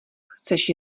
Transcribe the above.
chceš